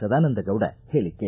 ಸದಾನಂದಗೌಡ ಹೇಳಿಕೆ